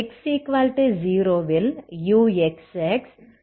x0 will uxx utt continuous